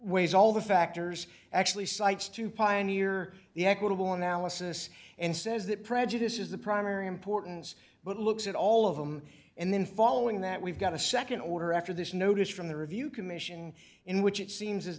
weighs all the factors actually cites to pioneer the equitable analysis and says that prejudice is the primary importance but looks at all of them and then following that we've got a nd order after this notice from the review commission in which it seems as